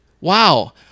wow